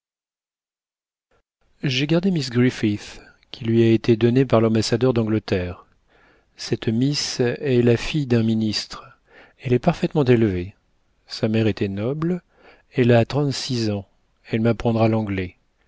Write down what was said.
j'ai gardé miss griffith qui lui a été donnée par l'ambassadeur d'angleterre cette miss est la fille d'un ministre elle est parfaitement élevée sa mère était noble elle a trente-six ans elle m'apprendra l'anglais